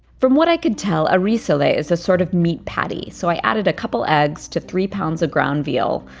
from what i could tell, a rissole is a sort of meat patty, so i added a couple eggs to three pounds of ground veal,